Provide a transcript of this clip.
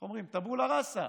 איך אומרים, הוא טבולה רסה: